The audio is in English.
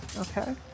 Okay